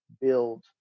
build